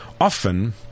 often